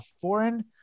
foreign